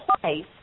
place